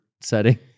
setting